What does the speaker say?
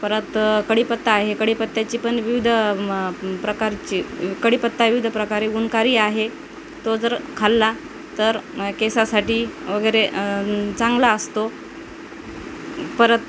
परत कडीपत्ता आहे कढपत्त्याची पण विविध प्रकारची कडीपत्ता विविध प्रकारे गुणकारी आहे तो जर खाल्ला तर केसासाठी वगैरे चांगला असतो परत